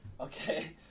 Okay